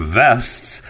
vests